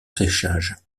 séchage